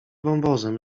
wąwozem